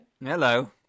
Hello